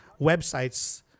websites